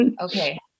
Okay